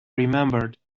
remembered